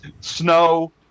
Snow